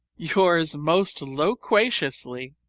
yours most loquaciously,